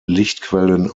lichtquellen